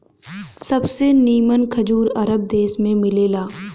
सबसे निमन खजूर अरब देश में मिलेला